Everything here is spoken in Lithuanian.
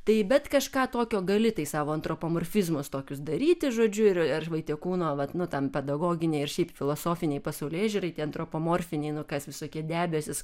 tai bet kažką tokio gali tai savo antropomorfizmas tokius daryti žodžiu ir vaitekūno vat nu ten pedagoginei ir šiaip filosofinei pasaulėžiūrai tie antropomorfiniai nu kas visokie debesys